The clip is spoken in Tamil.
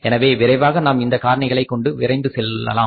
எனவே விரைவாக நாம் இந்த காரணிகளைக் கொண்டு விரைந்து செல்லலாம்